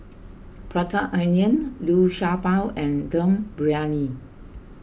Prata Onion Liu Sha Bao and Dum Briyani